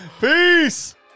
Peace